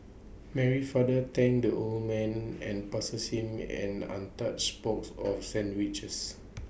Mary's father thanked the old man and passed A same an untouched box of sandwiches